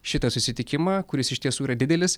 šitą susitikimą kuris iš tiesų yra didelis